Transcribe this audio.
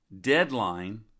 deadline